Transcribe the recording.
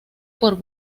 por